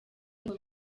ngo